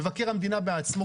מבקר המדינה בעצמו קבע.